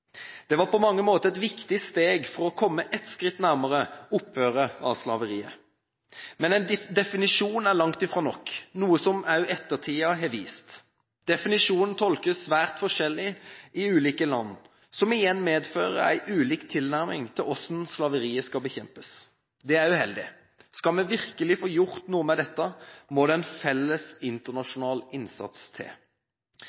Det var på mange måter et viktig steg for å komme et skritt nærmere opphøret av slaveriet. Men en definisjon er langt fra nok, noe også ettertiden har vist. Definisjonen tolkes svært forskjellig i ulike land, som igjen medfører en ulik tilnærming til hvordan slaveriet skal bekjempes. Det er uheldig. Skal vi virkelig få gjort noe med dette, må det en felles